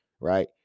right